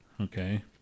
Okay